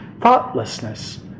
Thoughtlessness